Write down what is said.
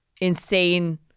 insane